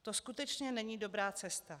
To skutečně není dobrá cesta.